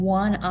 one